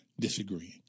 disagreeing